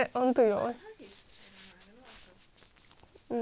mm